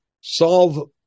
solve